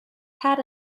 had